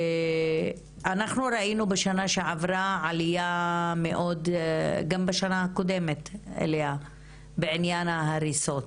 אנחנו ראינו בשנה שעברה וגם בשנה הקודמת עלייה מאוד גדולה בהריסות,